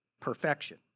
Perfection